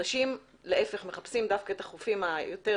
אנשים מחפשים דווקא את החופים היותר